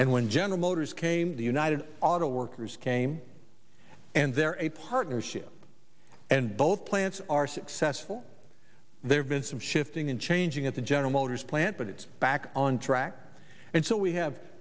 and when general motors came the united auto workers came and they're a partnership and both plants are successful there's been some shifting and changing at the general motors plant but it's back on track and so we have